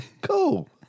cool